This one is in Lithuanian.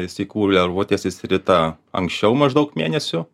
sykų lervutės išsirita anksčiau maždaug mėnesiu